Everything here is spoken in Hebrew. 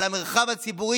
על המרחב הציבורי,